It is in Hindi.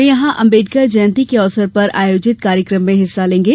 वे यहां अंबेडकर जयंती के अवसर पर आयोजित कार्यकम में हिस्सा लेंगे